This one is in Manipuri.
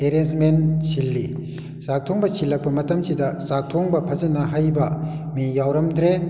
ꯑꯦꯔꯦꯟꯖꯃꯦꯟ ꯁꯤꯜꯂꯤ ꯆꯥꯛ ꯊꯣꯡꯕ ꯁꯤꯜꯂꯛꯄ ꯃꯇꯝꯁꯤꯗ ꯆꯥꯛ ꯊꯣꯡꯕ ꯐꯖꯅ ꯍꯩꯕ ꯃꯤ ꯌꯥꯎꯔꯝꯗ꯭ꯔꯦ